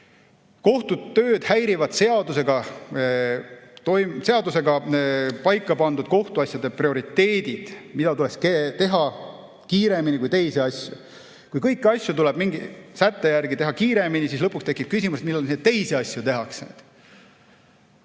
Kohtute tööd häirivad seadusega paikapandud kohtuasjade prioriteedid, mida tuleks teha kiiremini kui teisi asju. Kui kõiki asju tuleb mingi sätte järgi teha kiiremini, siis lõpuks tekib küsimus, millal neid teisi asju tehakse.